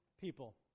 people